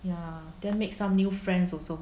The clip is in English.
ya then make some new friends also